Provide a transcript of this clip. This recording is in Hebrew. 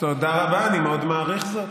תודה רבה, אני מאוד מעריך זאת.